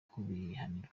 kubihanirwa